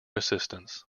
assistance